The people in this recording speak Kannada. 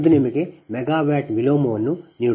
ಅದು ನಿಮಗೆ ಮೆಗಾವ್ಯಾಟ್ ವಿಲೋಮವನ್ನು ನೀಡುತ್ತದೆ ಸರಿ